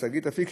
שגית אפיק,